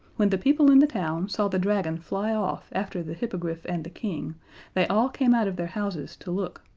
when the people in the town saw the dragon fly off after the hippogriff and the king they all came out of their houses to look,